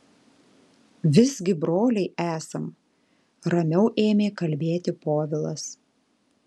visgi broliai esam ramiau ėmė kalbėti povilas